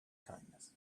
kindness